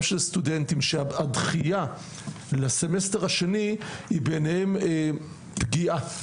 של סטודנטים שהדחייה לסמסטר השני היא בעיניהם פגיעה,